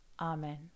Amen